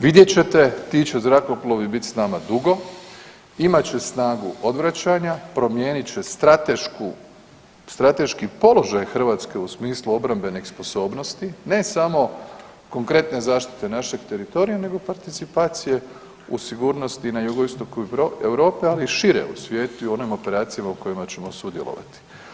Vidjet ćete, ti će zrakoplovi bit s nama dugo, imat će snagu odvraćanja, promijenit će stratešku, strateški položaj Hrvatske u smislu obrambene sposobnosti ne samo konkretne zaštite našeg teritorije nego participacije u sigurnost i na jugoistoku Europe, ali i šire u svijetu i u onim operacijama u kojima ćemo sudjelovati.